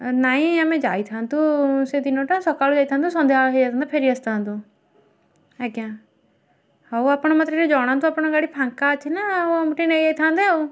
ନାହିଁ ଆମେ ଯାଇଥାନ୍ତୁ ସେ ଦିନଟା ସକାଳୁ ଯାଇଥାନ୍ତୁ ସନ୍ଧ୍ୟାବେଳ ହେଇଯାଇଥାନ୍ତା ଫେରି ଆସିଥାନ୍ତୁ ଆଜ୍ଞା ହଉ ଆପଣ ମୋତେ ଟିକେ ଜଣାନ୍ତୁ ଆପଣଙ୍କ ଗାଡ଼ି ଫାଙ୍କା ଅଛି ନା ଆମକୁ ଟିକେ ନେଇ ଯାଇଥାନ୍ତେ ଆଉ